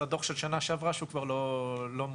הדוח של שנה שעברה שהוא כבר לא מעודכן,